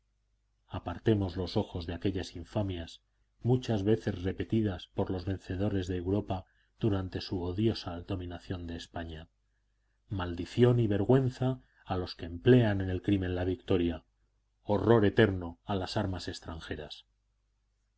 apartemos los ojos de aquellas infamias muchas veces repetidas por los vencedores de europa durante su odiosa dominación en españa maldición y vergüenza a los que emplean en el crimen la victoria horror eterno a las armas extranjeras